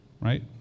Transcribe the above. right